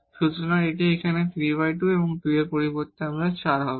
সুতরাং এটি এখানে 34 2 এর পরিবর্তে আমাদের 4 হবে